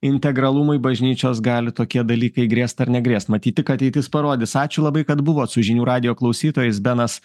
integralumui bažnyčios gali tokie dalykai grėst ar negrėst matyt tik ateitis parodys ačiū labai kad buvot su žinių radijo klausytojais benas